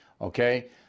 Okay